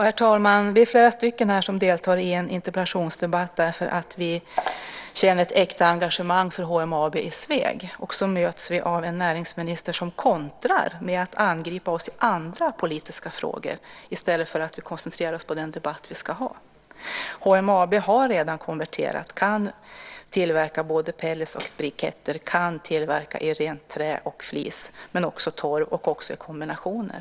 Herr talman! Vi är flera stycken här som deltar i en interpellationsdebatt därför att vi känner ett äkta engagemang för HMAB i Sveg, och så möts vi av en näringsminister som kontrar med att angripa oss i andra politiska frågor i stället för att vi koncentrerar oss på den debatt vi ska ha. HMAB har redan konverterat. Man kan tillverka både pellets och briketter och kan tillverka i rent trä och flis, men också i torv och i kombinationer.